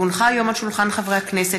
כי הונחו היום על שולחן הכנסת,